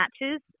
matches